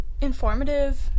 informative